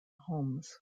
homes